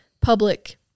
public